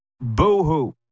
Boo-hoo